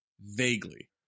Vaguely